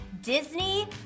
Disney